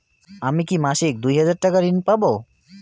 আমি কি মাসিক দুই হাজার টাকার ঋণ পাব?